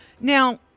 Now